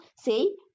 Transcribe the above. See